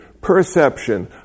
perception